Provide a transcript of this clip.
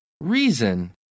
reason